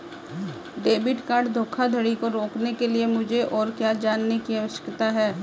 Debit card धोखाधड़ी को रोकने के लिए मुझे और क्या जानने की आवश्यकता है?